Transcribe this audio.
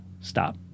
Stop